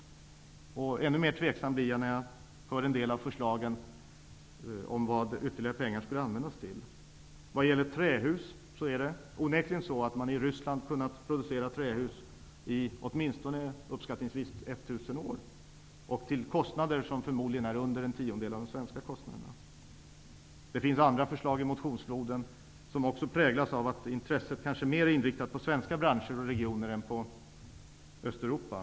Ännu tveksammare blir jag när jag hör en del av förslagen om vad ytterligare pengar skulle användas till. Det är onekligen så att man i Ryssland kunnat producera trähus i åtminstone 1 000 år och till en kostnad som förmodligen är mindre än en tiondel av kostnaden i Sverige. Det finns andra förslag i motionsfloden som också präglas av att intresset kanske mera är inriktat på svenska branscher och regioner än på Östeuropa.